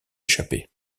échapper